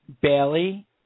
Bailey